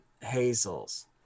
hazels